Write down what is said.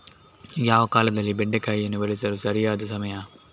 ಯಾವ ಕಾಲದಲ್ಲಿ ಬೆಂಡೆಕಾಯಿಯನ್ನು ಬೆಳೆಸಲು ಸರಿಯಾದ ಸಮಯ?